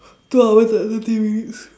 two hours and thirty minutes